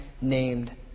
named